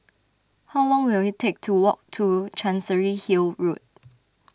how long will it take to walk to Chancery Hill Road